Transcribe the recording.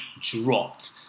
dropped